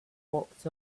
walked